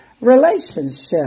relationship